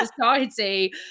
society